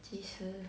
几时